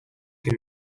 que